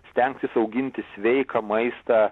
stengtis auginti sveiką maistą